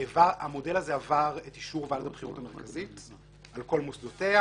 המודל הזה עבר את אישור ועדת הבחירות המרכזית על כל מוסדותיה,